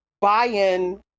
buy-in